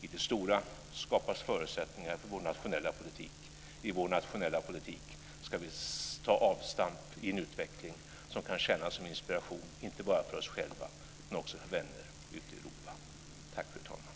I det stora skapas förutsättningar för vår nationella politik. I vår nationella politik ska vi ta avstamp för en utveckling som kan tjäna som inspiration inte bara för oss själva utan också för vänner ute i Europa. Tack, fru talman!